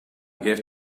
gift